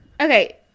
okay